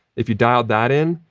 if you dial that in,